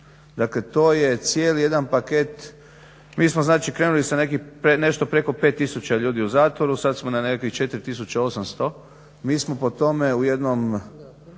Dakle, to je cijeli jedan paket. Mi smo znači krenuli sa nešto preko 5000 ljudi u zatvoru, sad smo na nekakvih 4800, mi smo po tome u jednom